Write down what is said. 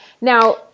Now